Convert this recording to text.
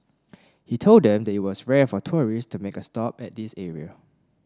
he told them that it was rare for tourists to make a stop at this area